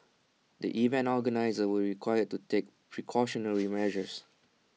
the event organisers will required to take precautionary measures